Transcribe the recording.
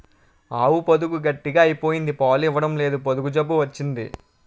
ఆవు పొదుగు గట్టిగ అయిపోయింది పాలు ఇవ్వడంలేదు పొదుగు జబ్బు వచ్చింది